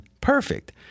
perfect